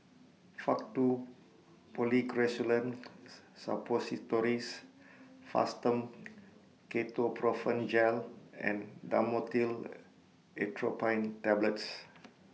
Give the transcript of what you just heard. Faktu Policresulen Suppositories Fastum Ketoprofen Gel and Dhamotil Atropine Tablets